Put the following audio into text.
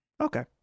Okay